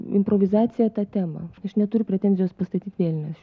improvizacija ta tema aš neturiu pretenzijos pastatyt vėlines